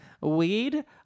Weed